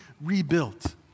rebuilt